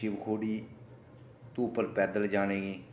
शिवखोड़ी तू उप्पर पैदल जाने गी